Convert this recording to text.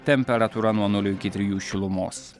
temperatūra nuo nulio iki trijų šilumos